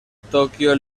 tokio